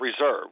reserve